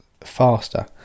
faster